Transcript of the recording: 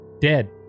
dead